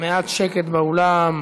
קארין אלהרר אמרה שני דברים מעל הדוכן.